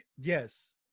yes